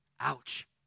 Ouch